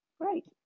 Great